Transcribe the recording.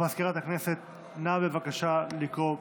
מזכירת הכנסת, נא לקרוא בשמות.